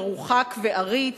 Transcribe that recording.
מרוחק ועריץ,